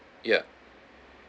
yeah